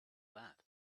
that